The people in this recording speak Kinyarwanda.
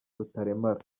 rutaremara